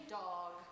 dog